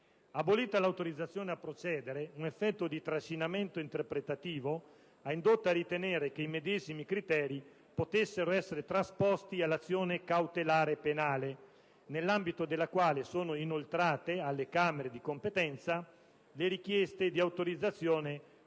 Abolita l'autorizzazione a procedere, un effetto di trascinamento interpretativo ha indotto a ritenere che i medesimi criteri potessero essere trasposti all'azione cautelare penale, nell'ambito della quale sono inoltrate alle Camere di competenza le richieste di autorizzazione